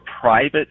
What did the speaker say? private